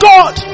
God